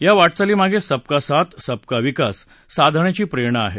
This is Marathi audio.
या वाटचालीमागे सब का साथ सब का विकास साधण्याची प्रेरणा आहे